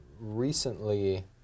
recently